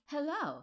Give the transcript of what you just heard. Hello